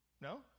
No